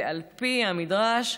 ועל פי המדרש,